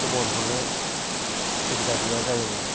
खबर हरनो सुबिदा गैया जायोमोन